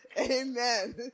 Amen